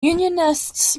unionists